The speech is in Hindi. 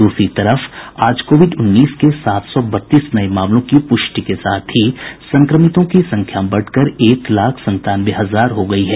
द्रसरी तरफ आज कोविड उन्नीस के सात सौ बत्तीस नये मामलों की प्रष्टि के साथ ही संक्रमितों की संख्या बढ़कर एक लाख संतानवे हजार हो गयी है